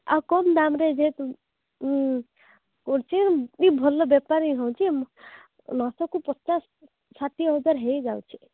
ଆଉ କମ୍ ଦାମରେ ଯେହେତୁ କରୁଛି ବି ଭଲ ବେପାର ହେଉଛି ମାସକୁ ପଚାଶ ଷାଠିଏ ହଜାର ହୋଇଯାଉଛି